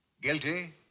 Guilty